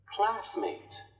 Classmate